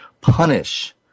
punish